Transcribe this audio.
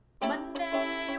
Monday